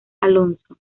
alonso